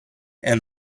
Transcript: and